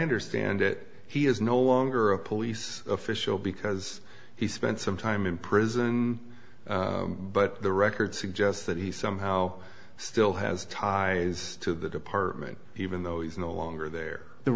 understand it he is no longer a police official because he spent some time in prison but the record suggests that he somehow still has ties to the department even though he's no longer there the